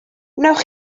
wnewch